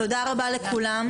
תודה רבה לכולם.